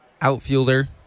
outfielder